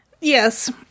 yes